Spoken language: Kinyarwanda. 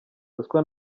ruswa